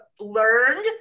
learned